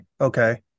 Okay